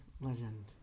legend